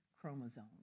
chromosome